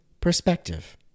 perspective